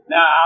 Now